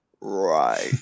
Right